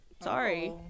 Sorry